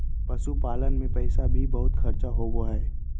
पशुपालन मे पैसा भी बहुत खर्च होवो हय